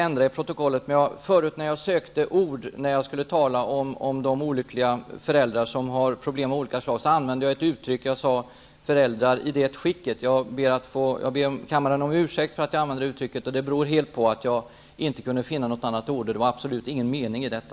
Jag sökte förut efter ord när jag skulle tala om de olyckliga föräldrar som har problem av olika slag och använde då uttrycket ''föräldrar i det skicket''. Jag ber kammaren om ursäkt för att jag använde det uttrycket. Det beror helt på att jag inte kunde finna några andra ord. Det var absolut ingen mening i detta.